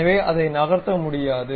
எனவே என்னால் அதை நகர்த்த முடியாது